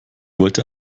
wollte